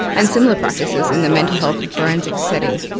and similar practices in the mental health and forensic setting.